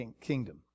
kingdom